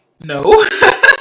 No